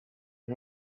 you